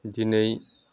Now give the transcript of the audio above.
दिनै